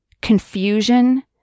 Confusion